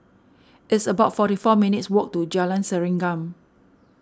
it's about forty four minutes walk to Jalan Serengam